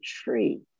tree